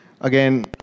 Again